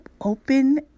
open